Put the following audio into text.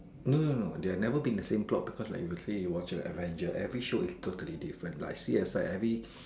no no no they have never been the same plot because like you say you watch Avengers every show is totally different like C_S_I every